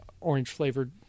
orange-flavored